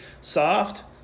soft